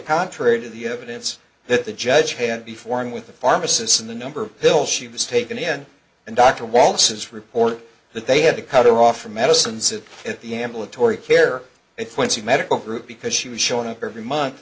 contrary to the evidence that the judge had before and with the pharmacists and the number of pills she was taken in and dr waltzes report that they had to cut her off from medicines of at the ambulatory care if once the medical group because she was showing up every month